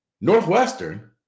Northwestern